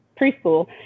preschool